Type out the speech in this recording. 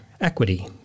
equity